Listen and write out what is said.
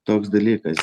toks dalykas